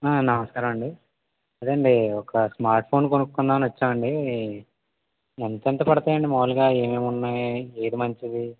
ఆ నమస్కారమండి అదండి ఒక స్మార్ట్ ఫోన్ కొనుక్కుందామని వచ్చాం అండి ఎంతెంత పడుతాయి అండి మామూలుగా ఏమేమున్నాయి ఏది మంచిది